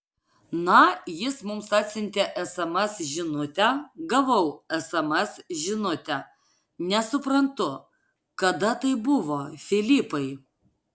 na jis mums atsiuntė sms žinutę gavau sms žinutę nesuprantu kada tai buvo filipai